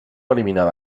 eliminada